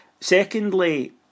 Secondly